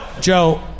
Joe